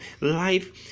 life